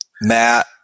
Matt